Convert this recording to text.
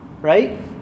right